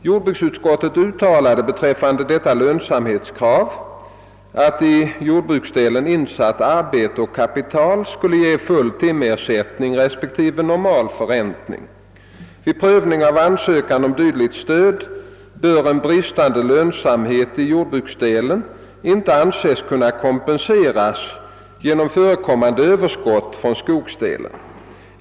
Jordbruksutskottet uttalade beträffande detta lönsamhetskrav att i jordbruksdelen insatt arbete och kapital skall ge full timersättning resp. normal förräntning. Vid prövning av ansökan om dylikt stöd bör en bristande lönsamhet i jordbruksdelen inte anses kunna kompenseras genom förekommande överskott från skogsdelen.